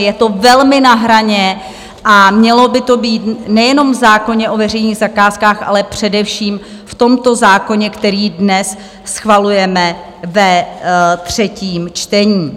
Je to velmi na hraně a mělo by to být nejenom v zákoně o veřejných zakázkách, ale především v tomto zákoně, který dnes schvalujeme ve třetím čtení.